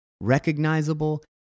recognizable